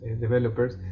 developers